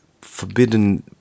forbidden